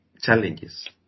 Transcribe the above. challenges